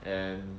and